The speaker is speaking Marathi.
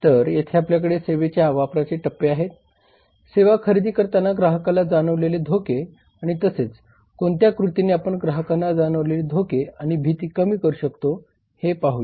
तर येथे आपल्याकडे सेवेच्या वापराचे टप्पे आहेत सेवा खरेदी करताना ग्राहकाला जाणवलेले धोके आणि तसेच कोणत्या कृतीने आपण ग्राहकांना जाणवलेले धोके आणि भीती कमी करू शकतो हे पाहूया